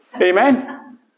Amen